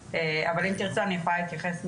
אבל אם תרצה אני יכולה להתייחס מלמעלה.